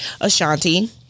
Ashanti